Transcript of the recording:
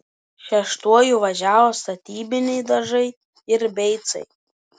šeštuoju važiavo statybiniai dažai ir beicai